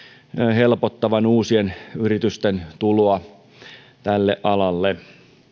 helpottavan uusien yritysten tuloa tälle alalle